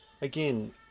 again